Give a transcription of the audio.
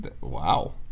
Wow